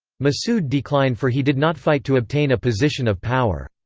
massoud declined for he did not fight to obtain a position of power.